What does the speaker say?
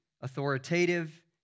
authoritative